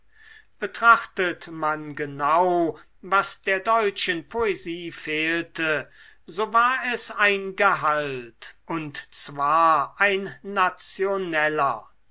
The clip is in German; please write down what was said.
betrachtet man genau was der deutschen poesie fehlte so war es ein gehalt und zwar ein nationeller